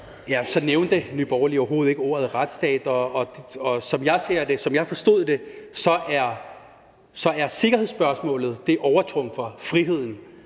ja, så nævnte Nye Borgerlige overhovedet ikke ordet retsstat. Og som jeg forstod det, så er det sikkerhedsspørgsmålet, der overtrumfer friheden,